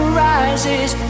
rises